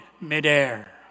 midair